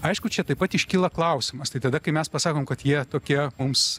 aišku čia taip pat iškyla klausimas tai tada kai mes pasakom kad jie tokie mums